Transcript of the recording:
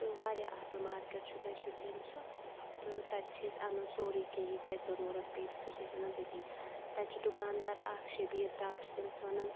تہٕ واریاہ اَصٕل مارکیٹ چھُ تَتہِ شُپیَن سُہ تہٕ تَتہِ چھِ أسۍ اَنان سورُے کینٛہہ یہِ تہِ اَسہِ ضٔروٗرت پیٚیہِ تہٕ سُہ چھِ أسۍ اَنان تٔتی تَتہِ چھِ دُکاندار اَکھ شبیٖر ٹاک چھِ تٔمِس وَنان